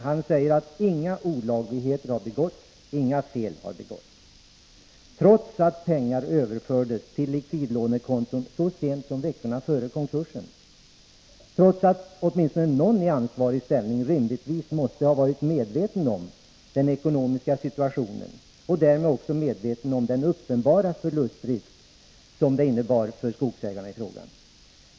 Han säger att inga olagligheter eller fel har begåtts — trots att pengar överförts till likvidlånekonton så sent som veckorna före konkursen och trots att åtminstone någon i ansvarig ställning rimligtvis måste ha varit medveten om den ekonomiska situationen och därmed också medveten om den uppenbara förlustrisk som den innebar för skogsägarna.